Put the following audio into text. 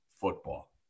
football